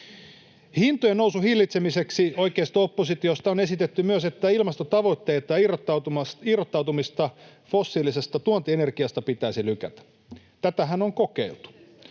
Hintojen nousun hillitsemiseksi oikeisto-oppositiosta on esitetty myös, että ilmastotavoitteita ja irrottautumista fossiilisesta tuontienergiasta pitäisi lykätä. Tätähän on kokeiltu.